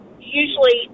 usually